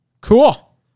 Cool